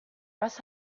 was